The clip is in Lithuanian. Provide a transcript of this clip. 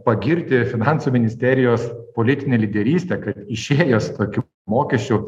pagirti finansų ministerijos politinę lyderystę kad išėjo su tokiu mokesčiu